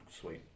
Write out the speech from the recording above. sweet